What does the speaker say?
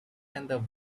and